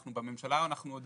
אנחנו בממשלה, ואנחנו עוד